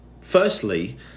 firstly